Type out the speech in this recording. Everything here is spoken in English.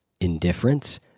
indifference